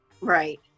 Right